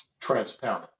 transparent